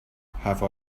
have